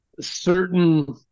certain